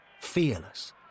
fearless